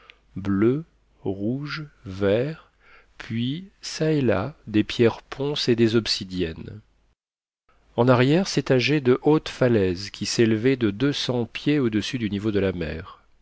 bleus rouges verts puis çà et là des pierres ponces et des obsidiennes en arrière s'étageaient de hautes falaises qui s'élevaient de deux cents pieds au-dessus du niveau de la mer